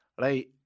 Right